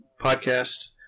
podcast